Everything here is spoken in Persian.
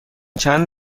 چند